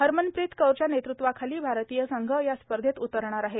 हरमनप्रीत कौरच्या नेतृत्वाखाली भारतीय संघ या स्पर्धेत उतरणार आहे